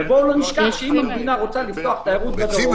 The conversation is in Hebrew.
בואו לא נשכח שאם המדינה רוצה לפתוח תיירות בדרום,